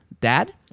dad